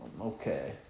Okay